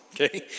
okay